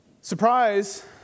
Surprise